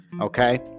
okay